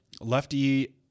lefty